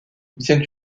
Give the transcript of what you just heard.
vient